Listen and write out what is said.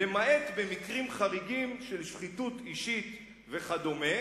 "למעט במקרים חריגים של שחיתות אישית וכדומה"